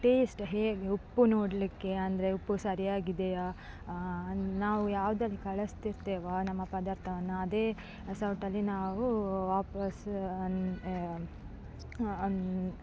taste ಹೇಗೆ ಉಪ್ಪು ನೋಡಲಿಕ್ಕೆ ಅಂದರೆ ಉಪ್ಪು ಸರಿಯಾಗಿದೆಯಾ ನಾವು ಯಾವುದ್ರಲ್ಲಿ ಕಳಿಸ್ತಿರ್ತೇವೋ ನಮ್ಮ ಪದಾರ್ಥವನ್ನು ಅದೇ ಸೌಟಲ್ಲಿ ನಾವು ವಾಪಸ್ಸು ಅನ ಅನ